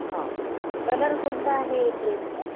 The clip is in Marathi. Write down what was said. हो का कलर कोणता आहे ड्रेसचा